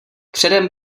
předem